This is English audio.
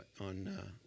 on